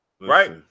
Right